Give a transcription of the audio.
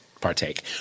partake